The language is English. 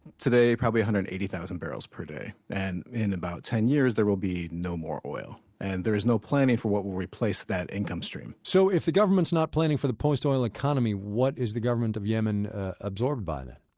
today, probably one hundred and eighty thousand barrels per day. and in about ten years, there will be no more oil. and there is no planning for what will replace that income stream so if the government's not planning for the post-oil economy, what is the government of yemen absorbed by, then?